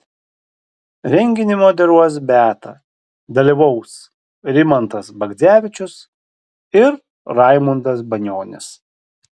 renginį moderuos beata dalyvaus rimantas bagdzevičius ir raimundas banionis